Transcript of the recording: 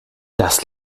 das